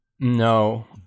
No